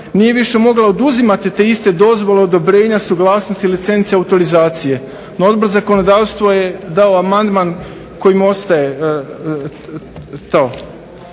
nije više mogla oduzimati te iste dozvole odobrenja, suglasnost i licence i autorizacije. Odbor za zakonodavstvo je dao amandman u kojem ostaje to.